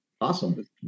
Awesome